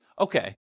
okay